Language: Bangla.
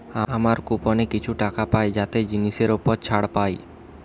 আমরা কুপনে কিছু টাকা পাই যাতে জিনিসের উপর ছাড় পাই